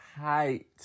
height